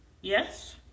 Yes